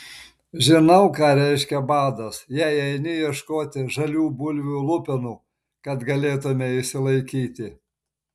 žinau ką reiškia badas jei eini ieškoti žalių bulvių lupenų kad galėtumei išsilaikyti